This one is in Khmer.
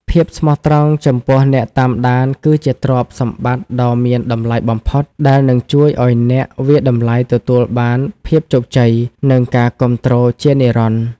ភាពស្មោះត្រង់ចំពោះអ្នកតាមដានគឺជាទ្រព្យសម្បត្តិដ៏មានតម្លៃបំផុត ដែលនឹងជួយឱ្យអ្នកវាយតម្លៃទទួលបានភាពជោគជ័យ និងការគាំទ្រជានិរន្តរ៍។